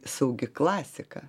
saugi klasika